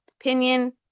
opinion